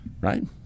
Right